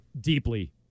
deeply